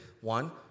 One